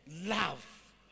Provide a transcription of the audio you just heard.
love